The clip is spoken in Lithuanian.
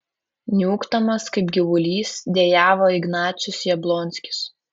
niūkdamas kaip gyvulys dejavo ignacius jablonskis